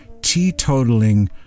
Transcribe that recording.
teetotaling